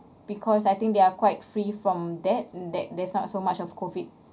because I think they are quite free from that that there's not so much of COVID